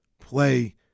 play